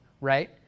right